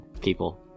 people